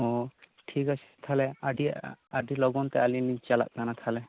ᱴᱷᱤᱠ ᱟᱪᱷᱮ ᱛᱟᱦᱚᱞᱮ ᱟᱹᱰᱤ ᱟᱹᱰᱤ ᱞᱚᱜᱚᱱ ᱛᱮ ᱟᱹᱞᱤᱧ ᱞᱤᱧ ᱪᱟᱞᱟᱜ ᱠᱟᱱᱟ ᱛᱟᱦᱚᱞᱮ